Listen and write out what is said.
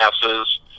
passes